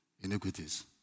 iniquities